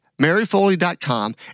maryfoley.com